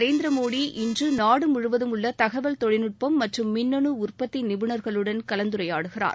நரேந்திர மோடி இன்று நாடு முழுவதும் உள்ள தகவல் தொழில்நுட்பம் மற்றும் மின்னணு உற்பத்தி நிபுணர்களுடன் கலந்துரையாடுகிறார்